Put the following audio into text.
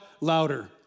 louder